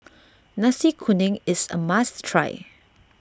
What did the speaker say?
Nasi Kuning is a must try